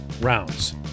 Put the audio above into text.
rounds